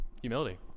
Humility